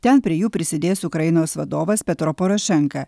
ten prie jų prisidės ukrainos vadovas petro porošenka